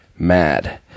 mad